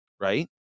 right